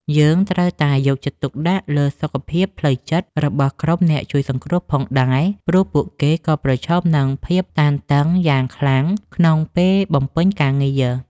យើងត្រូវយកចិត្តទុកដាក់លើសុខភាពផ្លូវចិត្តរបស់ក្រុមអ្នកជួយសង្គ្រោះផងដែរ ព្រោះពួកគេក៏ប្រឈមនឹងភាពតានតឹងយ៉ាងខ្លាំងក្នុងពេលបំពេញការងារ។